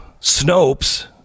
Snopes